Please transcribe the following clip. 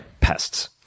pests